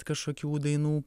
kažkokių dainų